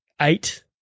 eight